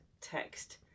text